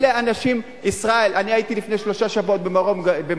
אני הייתי לפני שלושה שבועות במרום-הגליל,